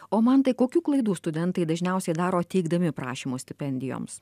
o mantai kokių klaidų studentai dažniausiai daro teikdami prašymus stipendijoms